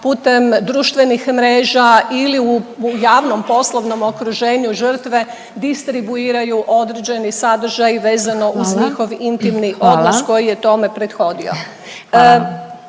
putem društvenih mreža ili u javnom poslovnom okruženju žrtve distribuiraju određeni sadržaji vezano uz njihov intimni … .../Upadica: